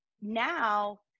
now